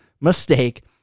mistake